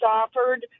offered